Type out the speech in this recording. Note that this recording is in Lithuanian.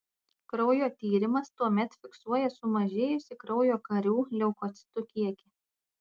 kraujo tyrimas tuomet fiksuoja sumažėjusį kraujo karių leukocitų kiekį